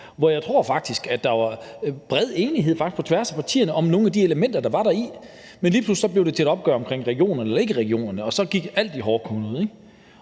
partierne faktisk var bred enighed om nogle af de elementer, der var deri, men lige pludselig blev det til et opgør omkring regionerne eller ikke regionerne, og så gik alt i hårdknude.